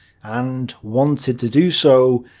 and wanted to do so,